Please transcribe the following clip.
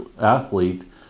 athlete